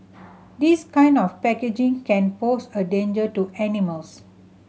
this kind of packaging can pose a danger to animals